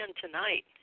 tonight